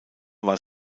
war